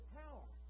power